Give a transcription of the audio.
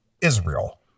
Israel